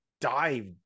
dive